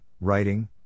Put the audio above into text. writing